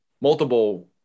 multiple